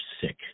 sick